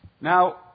now